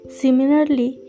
similarly